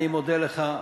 אני מודה לך.